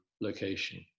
location